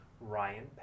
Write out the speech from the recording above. Ryan